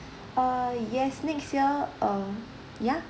uh yes next year uh yeah